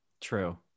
True